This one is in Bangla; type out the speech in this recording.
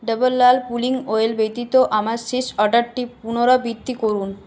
ডাবর লাল পুলিং অয়েল ব্যতীত আমার শেষ অর্ডারটির পুনরাবৃত্তি করুন